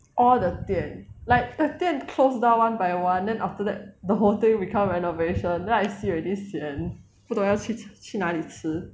all the 店 like the 店 close down one by one then after that the whole thing become renovation then I see already sian 不懂要去哪里吃